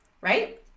right